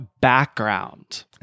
background